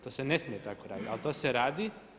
To se ne smije tako raditi ali to se radi.